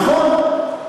נכון.